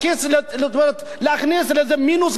לאיזה מינוס גבוה את הדורות הבאים.